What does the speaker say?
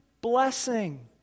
blessing